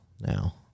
now